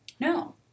No